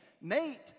nate